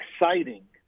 exciting